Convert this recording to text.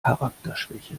charakterschwäche